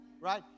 Right